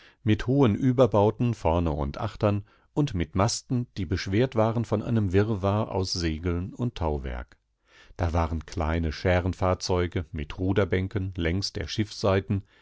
mit hohen überbauten vorne und achtern und mit masten die beschwert waren von einem wirrwarr aus segeln und tauwerk da waren kleine schärenfahrzeuge mit ruderbänken längs der